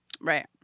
Right